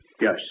Yes